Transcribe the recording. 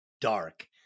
dark